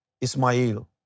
Ismail